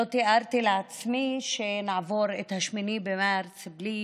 לא תיארתי לעצמי שנעבור את 8 במרץ בלי